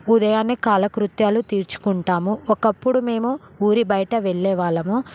ఉదయాన్నే కాలకృత్యాలు తీర్చుకుంటాము ఒకప్పుడు మేము ఊరి బయట వెళ్ళేవాళ్ళము